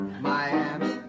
Miami